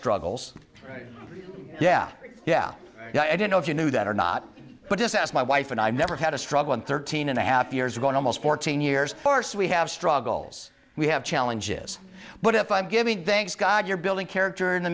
struggles yeah yeah i don't know if you knew that or not but just ask my wife and i've never had a struggle in thirteen and a half years ago in almost fourteen years or so we have struggles we have challenges but if i'm giving thanks god you're building character in the